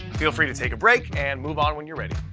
feel free to take a break and move on when you're ready.